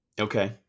Okay